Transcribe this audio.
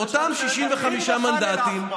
יש לך, תתחיל בח'אן אל-אחמר.